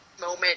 moment